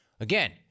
Again